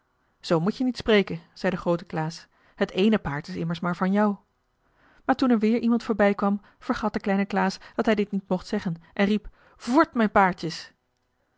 zoo moet je niet spreken zei de groote klaas het eene paard is immers maar van jou maar toen er weer iemand voorbijkwam vergat de kleine klaas dat hij dit niet mocht zeggen en riep voort mijn paardjes